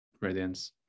radiance